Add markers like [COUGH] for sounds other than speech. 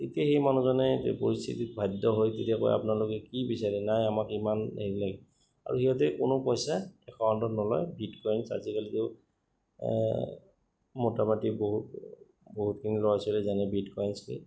এতিয়া সেই মানুহজনে তেতিয়া পৰিস্থিতিত বাধ্য হয় তেতিয়া কয় আপোনালোকে কি বিচাৰে নাই আমাক ইমান হেৰি লাগে আৰু সিহঁতে কোনো পইচা একাউণ্টত নলয় বিট কয়ন্স আজিকালি [UNINTELLIGIBLE] বহুত বহুতখিনি ল'ৰা ছোৱালীয়ে জানে বিট কয়ন্স কি